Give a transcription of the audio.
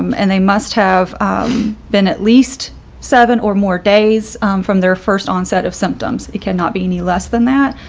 and they must have been at least seven or more days from their first onset of symptoms. it cannot be any less than that.